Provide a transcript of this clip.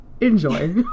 enjoy